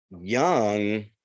Young